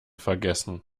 vergessen